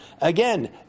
Again